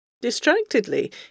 Distractedly